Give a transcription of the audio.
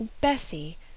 Bessie